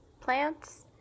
plants